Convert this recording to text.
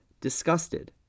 disgusted